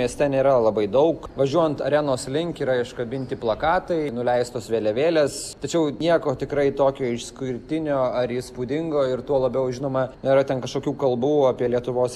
mieste nėra labai daug važiuojant arenos link yra iškabinti plakatai nuleistos vėliavėlės tačiau nieko tikrai tokio išskirtinio ar įspūdingo ir tuo labiau žinoma nėra ten kažkokių kalbų apie lietuvos